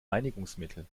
reinigungsmittel